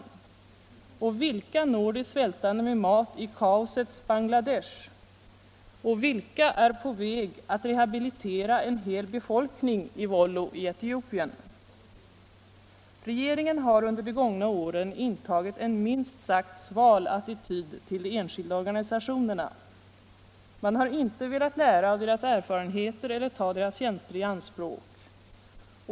Och vilka når de svältande med mat i kaosets Bangladesh? Och vilka är på väg att rehabilitera en hel befolkning i Wollo i Etiopien? Regeringen har under de gångna åren intagit en minst sagt sval attityd till de enskilda organisationerna. Man har inte velat lära av deras erfarenheter eller ta deras tjänster i anspråk.